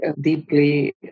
deeply